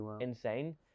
insane